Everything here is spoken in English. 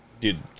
Dude